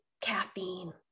caffeine